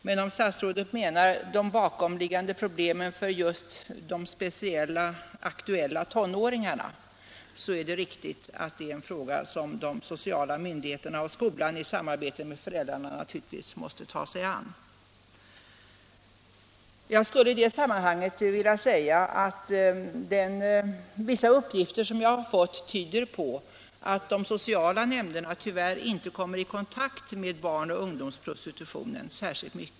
Men om statsrådet avser de bakomliggande problemen för just de speciella aktueila tonåringarna, så är det riktigt att det är en fråga som de sociala myndigheterna och skolan i samarbete med föräldrarna måste ta sig an. Vissa uppgifter som jag fått tyder på att de sociala nämnderna tyvärr inte särskilt mycket kommer i kontakt med barn och ungdomsprostitutionen.